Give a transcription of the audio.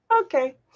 okay